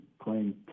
playing